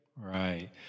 Right